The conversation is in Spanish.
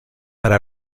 para